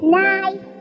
night